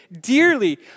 dearly